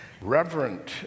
Reverent